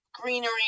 greenery